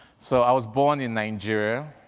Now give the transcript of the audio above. so i was born in nigeria.